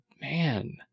man